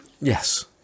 Yes